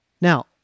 Now